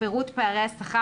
מי בעד הסעיף כפי שהוקרא?